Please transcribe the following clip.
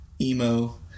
Emo